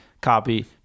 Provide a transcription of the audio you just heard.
copy